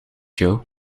jou